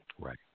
Right